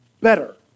better